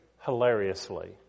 hilariously